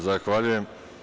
Zahvaljujem.